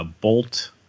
bolt